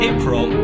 April